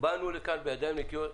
באנו לכאן בידיים נקיות.